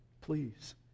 Please